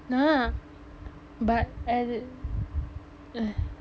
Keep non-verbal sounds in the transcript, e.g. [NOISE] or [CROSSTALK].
nak but then [BREATH]